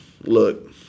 look